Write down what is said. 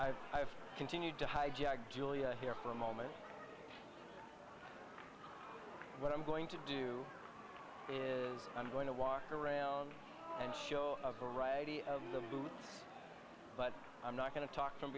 sure i've continued to hijack julia here for a moment but i'm going to do is i'm going to walk around and show a variety of the booth but i'm not going to talk from